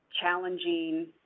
challenging